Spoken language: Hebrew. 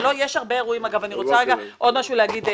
אני רוצה עוד משהו להגיד,